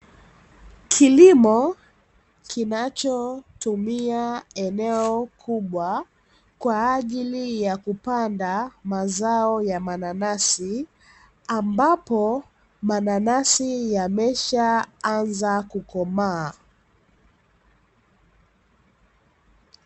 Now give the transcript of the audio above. Kilimo kinachotumia eneo kubwa kwa ajili ya kupanda mazao ya mananasi, ambapo mananasi yameshaanza kukomaa.